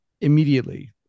immediately